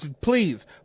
Please